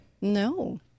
No